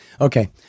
Okay